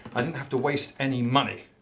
i didn't have to waste any money.